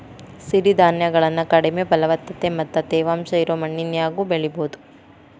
ಸಿರಿಧಾನ್ಯಗಳನ್ನ ಕಡಿಮೆ ಫಲವತ್ತತೆ ಮತ್ತ ತೇವಾಂಶ ಇರೋ ಮಣ್ಣಿನ್ಯಾಗು ಬೆಳಿಬೊದು